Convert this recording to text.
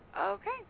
Okay